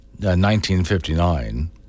1959